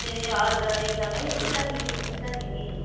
ए हजर एकदमै हुन्छ नि हुन्छ नि मिस